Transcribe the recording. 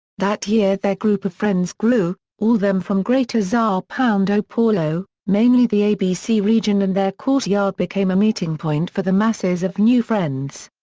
that year their group of friends grew, all them from greater sao sao and ah paulo, mainly the abc region and their courtyard became a meeting point for the masses of new friends.